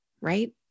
right